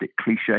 cliche